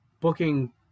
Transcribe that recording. booking